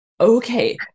okay